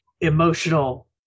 emotional